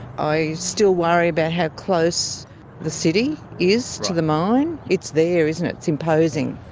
i still worry about how close the city is to the mine. it's there, isn't it, it's imposing.